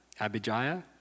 Abijah